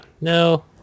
no